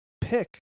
pick